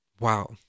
wow